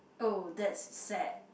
oh that's sad